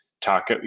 talk